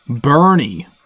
Bernie